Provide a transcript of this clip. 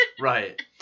Right